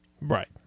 Right